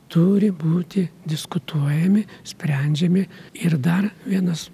turi būti diskutuojami sprendžiami ir dar vienas